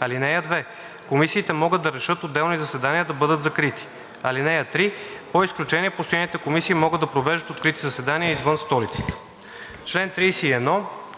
мрежи. (2) Комисиите могат да решат отделни заседания да бъдат закрити. (3) По изключение постоянните комисии могат да провеждат открити заседания извън столицата.“